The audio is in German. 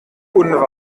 unwahre